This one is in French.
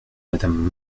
madame